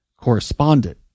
Correspondent